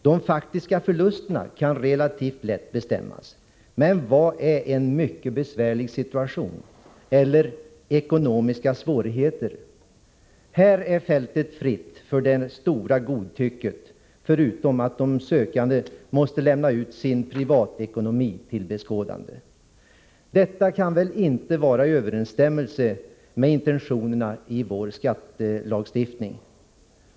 De faktiska förlusterna kan relativt lätt bestämmas. Men vad är en ”mycket besvärlig situation” eller ”ekonomiska svårigheter”? Här är fältet fritt för det stora godtycket, förutom att de sökande måste lämna ut sin privatekonomi till beskådande. Detta kan väl inte vara i överensstämmelse med intentionerna i våra skattelagar!